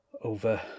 over